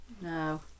No